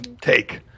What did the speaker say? take